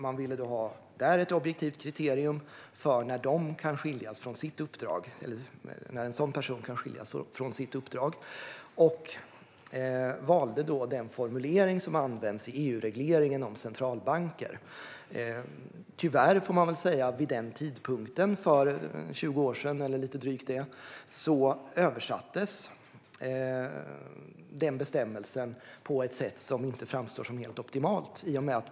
Man ville ha ett objektivt kriterium för när en sådan person kan skiljas från sitt uppdrag, och man valde då den formulering som används i EU-regleringen om centralbanker. Tyvärr översatte man vid den tidpunkten, för lite drygt 20 år sedan, bestämmelsen på ett sätt som inte framstår som optimalt.